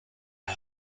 are